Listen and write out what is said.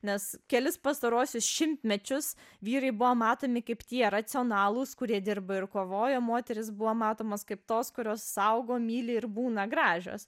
nes kelis pastaruosius šimtmečius vyrai buvo matomi kaip tie racionalūs kurie dirba ir kovoja moterys buvo matomos kaip tos kurios saugo myli ir būna gražios